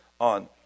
on